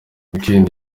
weekend